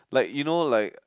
like you know like